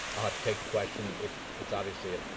to take the question. it's it's obviously a